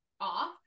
off